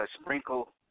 sprinkle